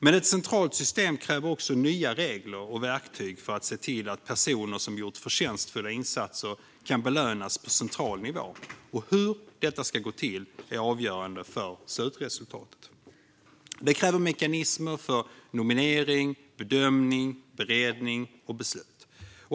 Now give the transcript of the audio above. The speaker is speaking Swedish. Men ett centralt system kräver också nya regler och verktyg för att se till att personer som har gjort förtjänstfulla insatser kan belönas på central nivå. Hur detta ska gå till är avgörande för slutresultatet. Det kräver mekanismer för nominering, bedömning, beredning och beslut.